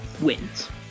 wins